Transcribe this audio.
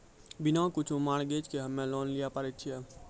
बिना कुछो मॉर्गेज के हम्मय लोन लिये पारे छियै?